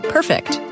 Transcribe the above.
Perfect